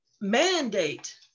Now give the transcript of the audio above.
mandate